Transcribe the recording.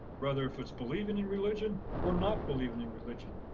rather, if it's believing in religion or not believing in religion,